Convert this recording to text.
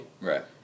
Right